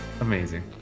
Amazing